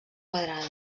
quadrada